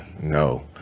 No